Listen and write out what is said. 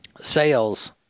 sales